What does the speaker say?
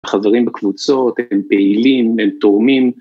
‫החברים בקבוצות הם פעילים, ‫הם תורמים.